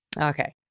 okay